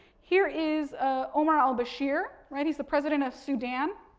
here is ah omar al-bashir, right, he's the president of sudan.